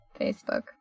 Facebook